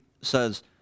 says